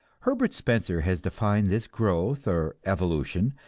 herbert spencer has defined this growth, or evolution,